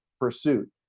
pursuit